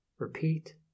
Repeat